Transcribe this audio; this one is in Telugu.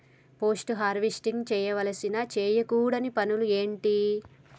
పోస్ట్ హార్వెస్టింగ్ చేయవలసిన చేయకూడని పనులు ఏంటి?